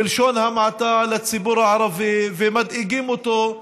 בלשון המעטה, לציבור הערבי ומדאיגים אותו,